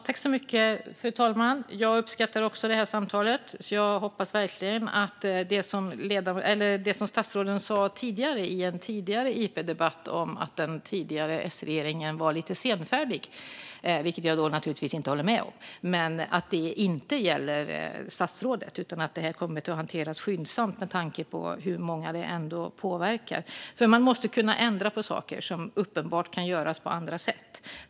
Fru talman! Jag uppskattar också det här samtalet. Jag hoppas verkligen att det som statsrådet har sagt tidigare i en interpellationsdebatt om att den förutvarande S-regeringen var lite senfärdig - vilket jag naturligtvis inte håller med om - inte gäller statsrådet här utan att frågan kommer att hanteras skyndsamt med tanke på hur många som påverkas. Vi måste kunna ändra på saker som uppenbart kan göras på andra sätt.